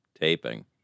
taping